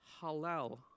Hallel